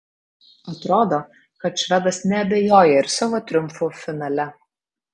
atrodo kad švedas neabejoja ir savo triumfu finale